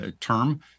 term